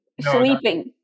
Sleeping